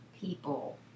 people